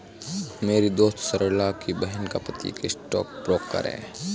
मेरी दोस्त सरला की बहन का पति एक स्टॉक ब्रोकर है